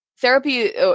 therapy